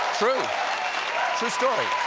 true. true story.